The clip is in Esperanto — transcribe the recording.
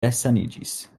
resaniĝis